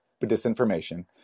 disinformation